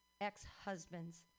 ex-husbands